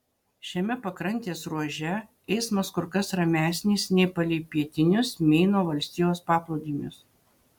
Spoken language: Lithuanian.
šiame pakrantės ruože eismas kur kas ramesnis nei palei pietinius meino valstijos paplūdimius